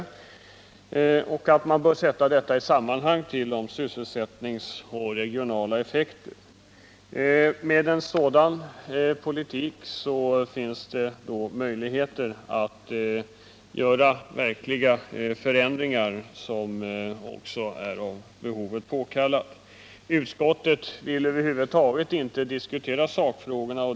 Detta bör ses i sammanhang med sysselsättnings — den årliga fordonseffekterna och de regionala effekterna. Med en sådan politik finns det möjlighet att göra verkliga förändringar, något som är av behovet påkallat. Utskottet vill över huvud taget inte diskutera sakfrågorna.